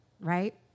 right